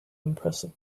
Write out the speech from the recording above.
impressive